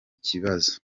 kibazo